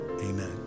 amen